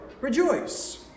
rejoice